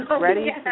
ready